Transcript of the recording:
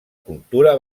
cultura